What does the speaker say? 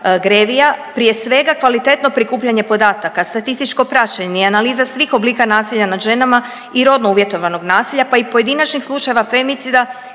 GREVIO-a, prije svega kvalitetno prikupljanje podataka, statističko praćenje, analiza svih oblika nasilja nad ženama i rodno uvjetovanog nasilja, pa i pojedinačnih slučajeva femicida